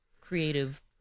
Creative